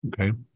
Okay